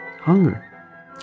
hunger